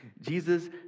Jesus